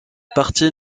parti